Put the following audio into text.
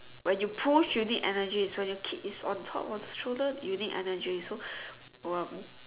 when you push you need energy when your kid is on top of the stroller you need energy so